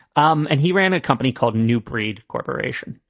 um and he ran a company called new breed corporation.